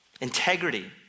Integrity